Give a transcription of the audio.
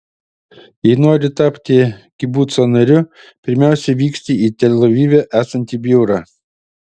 jei nori tapti kibuco nariu pirmiausiai vyksti į tel avive esantį biurą